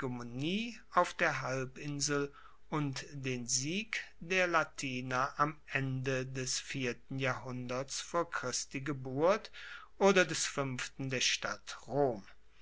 hegemonie auf der halbinsel und den sieg der latiner am ende des vierten jahrhunderts vor christi geburt oder des fuenften der stadt